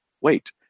Wait